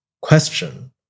question